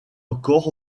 encore